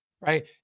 Right